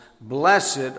blessed